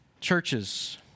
churches